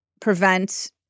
prevent